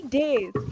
days